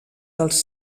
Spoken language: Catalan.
dels